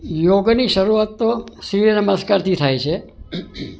યોગની શરૂઆત તો સૂર્ય નમસ્કારથી થાય છે